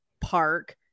Park